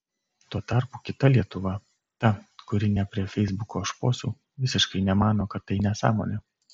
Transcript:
tuo tarpu kita lietuva ta kuri ne prie feisbuko šposų visiškai nemano kad tai nesąmonė